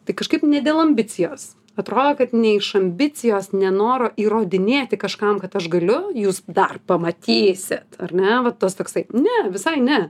tai kažkaip ne dėl ambicijos atrodo kad ne iš ambicijos ne noro įrodinėti kažkam kad aš galiu jūs dar pamatysit ar ne va tas toksai ne visai ne